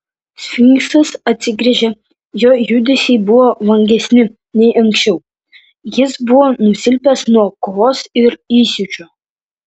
sfinksas atsigręžė jo judesiai buvo vangesni nei anksčiau jis buvo nusilpęs nuo kovos ir įsiūčio